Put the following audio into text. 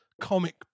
comic